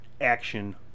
action